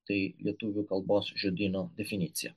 tai lietuvių kalbos žodyno definicija